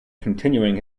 continuing